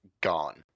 gone